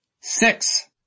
Six